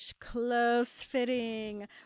close-fitting